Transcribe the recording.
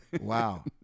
Wow